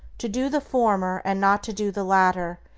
to do the former, and not to do the latter,